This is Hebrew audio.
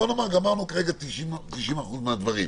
בואו נאמר גמרנו כרגע 90% מהדברים.